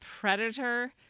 Predator